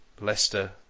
Leicester